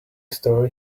story